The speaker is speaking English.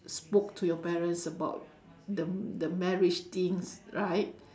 spoke to your parents about the the marriage things right